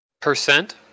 Percent